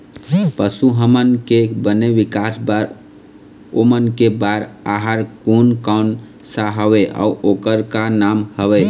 पशु हमन के बने विकास बार ओमन के बार आहार कोन कौन सा हवे अऊ ओकर का नाम हवे?